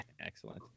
Excellent